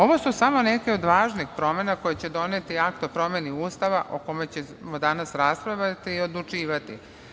Ovo su samo neke od važnih promena koje će doneti akt o promeni Ustava o kome ćemo danas raspravljati i odlučivati.